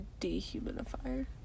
dehumidifier